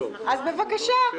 אז בבקשה,